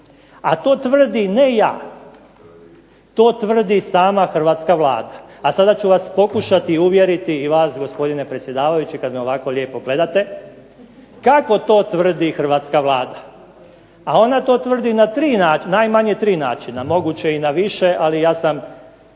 a to tvrdi ne ja, to tvrdi sama Hrvatska vlada. A sada ću vas pokušati uvjeriti, i vas gospodine predsjedavajući kad me ovako lijepo gledate, kako to tvrdi Hrvatska vlada. A ona to tvrdi na najmanje 3 načina, moguće i na više, ali ja sam